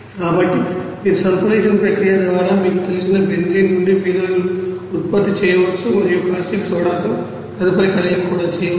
కాబట్టి మీరు సల్ఫోనేషన్ ప్రక్రియ ద్వారా మీకు తెలిసిన బెంజీన్ నుండి ఫినాల్ను ఉత్పత్తి చేయవచ్చు మరియు కాస్టిక్ సోడాతో తదుపరి కలయిక కూడా చేయవచ్చు